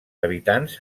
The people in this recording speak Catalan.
habitants